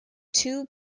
two